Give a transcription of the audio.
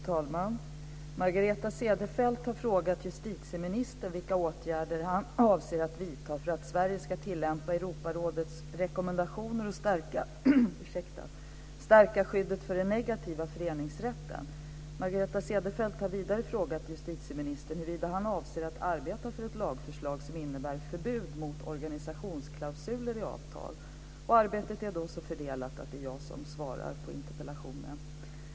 Fru talman! Margareta Cederfelt har frågat justitieministern vilka åtgärder han avser att vidta för att Sverige ska tillämpa Europarådets rekommendationer och stärka skyddet för den negativa föreningsrätten. Margareta Cederfelt har vidare frågat justitieministern huruvida han avser att arbeta för ett lagförslag som innebär förbud mot organisationsklausuler i avtal. Arbetet inom regeringen är så fördelat att det är jag som svarar på interpellationen.